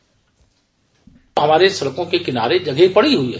bite हमारे सड़कों के किनारे जगह पड़ी हुई है